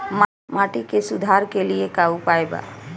माटी के सुधार के लिए का उपाय बा?